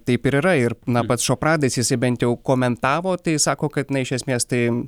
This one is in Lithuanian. taip ir yra ir na pats šopradas jisai bent jau komentavo tai sako kad na iš esmės tai